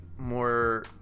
more